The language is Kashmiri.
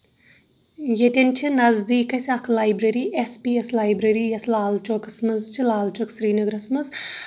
ییٚتٮ۪ن چھِ نزدیٖک اَسہِ اکھ library S P S library یۄس لاچوکَس منٛز چھِ لاچوک سری نگرس منٛز